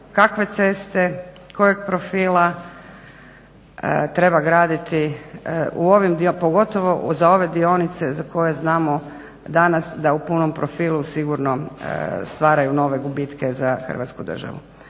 kakve ceste, kojeg profila treba graditi, pogotovo za ove dionice za koje znamo danas u punom profilu sigurno stvaraju nove gubitke za Hrvatsku državu.